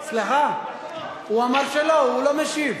הוא לא משיב.